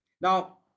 Now